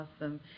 awesome